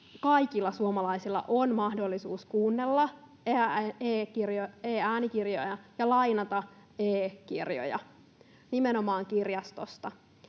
kaikilla suomalaisilla on mahdollisuus kuunnella e-äänikirjoja ja lainata e-kirjoja nimenomaan kirjastosta.